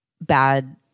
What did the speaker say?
bad